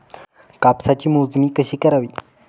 कापसाची मोजणी कशी करावी?